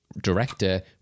director